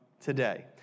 today